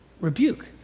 rebuke